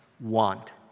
want